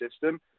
system